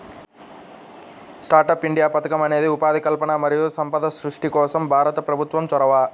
startup India పథకం అనేది ఉపాధి కల్పన మరియు సంపద సృష్టి కోసం భారత ప్రభుత్వం చొరవ